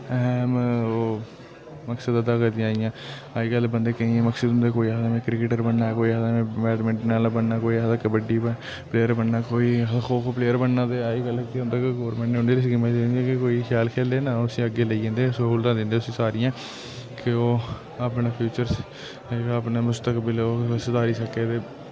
अहम् ओह् मकसद अदा करदियां आइयां अजकल्ल बंदे केईं मकसद होंदे कोई आक्खदा में क्रिकेटर बनना ऐ कोई आक्खदा में बैडमिन्टन आह्ला बनना ऐ कोई आक्खदा कबड्डी प्लेयर बनना कोई आक्खदा खो खो प्लेयर बनना ऐ ते अजकल्ल केह् होंदा के गोरमेंट उंदे लेई स्कीमां दिन्दी कि कोई शैल खेले ना उस्सी अग्गे लेई जन्दे सहूलता दिंदे उस्सी सारियां की ओह् अपने फ्यूचर च अपना मस्तकबिल ओह् सधारी सके ते